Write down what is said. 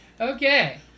Okay